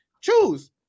choose